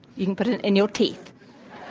you can put it in your teeth.